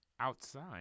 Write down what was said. Outside